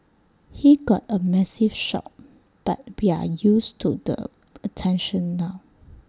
he got A massive shock but we're used to the attention now